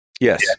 Yes